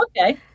okay